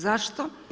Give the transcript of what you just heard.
Zašto?